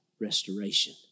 restoration